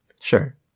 Sure